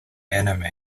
anime